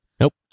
Nope